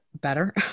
better